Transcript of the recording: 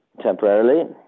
temporarily